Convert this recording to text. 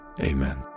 Amen